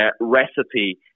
recipe